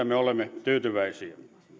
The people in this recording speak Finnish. me olemme tyytyväisiä